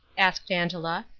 asked angela,